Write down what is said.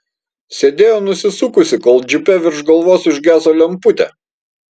sėdėjo nusisukusi kol džipe virš galvos užgeso lemputė